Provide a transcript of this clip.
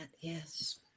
yes